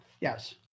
yes